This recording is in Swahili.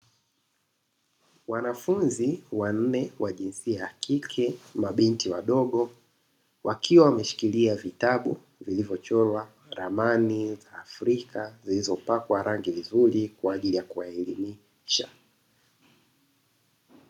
Wanafunzi wanne wa jinsia ya kike mabinti wadogo, wakiwa wameshikilia vitabu vilivyochorwa ramani ya Afrika, zilizopakwa rangi nzuri kwa ajili ya kuwaelimisha.